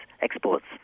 exports